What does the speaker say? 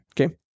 okay